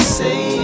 say